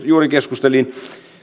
juuri keskustelin